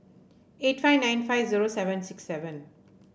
eight five nine five zero seven six seven